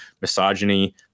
misogyny